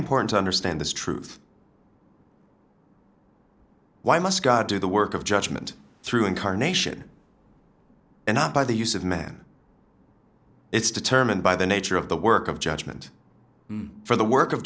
important to understand this truth why must god do the work of judgment through incarnation and not by the use of man it's determined by the nature of the work of judgment for the work of